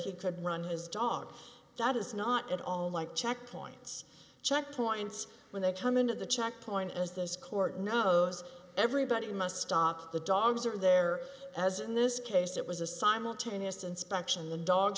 he could run his dog that is not at all like checkpoints checkpoints when they come into the checkpoint as this court knows everybody must stop the dogs are there as in this case it was a simultaneous inspection the dog